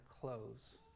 close